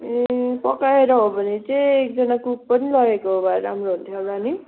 ए पकाएर हो भने चाहिँ एकजना कुक पनि लागेको भए राम्रो हुन्थ्यो होला नि